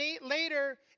later